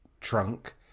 Trunk